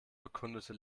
bekundete